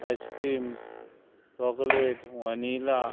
ice-cream chocolate vanilla